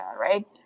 right